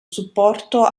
supporto